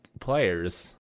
players